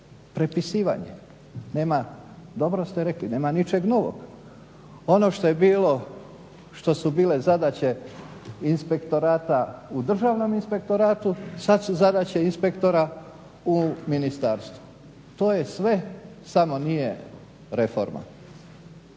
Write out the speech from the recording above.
prepisivanje, nema, dobro ste rekli, nema ničeg novog, ono što je bilo, što su bile zadaće inspektorata u Državnom inspektoratu sad su zadaće inspektora u ministarstvu, to je sve samo nije reforma.